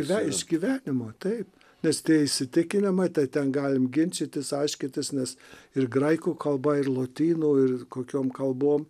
yra iš gyvenimo taip nes tie įsitikinimai tai ten galim ginčytis aiškintis nes ir graikų kalba ir lotynų ir kokiom kalbom